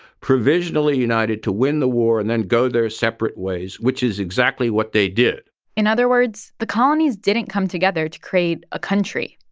provisionally united to win the war and then go their separate ways, which is exactly what they did in other words, the colonies didn't come together to create a country.